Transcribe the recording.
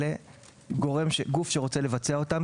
גוף שרוצה לבצע את הפעילויות האלה,